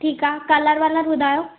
ठीकु आहे कलरु वलरु ॿुधायो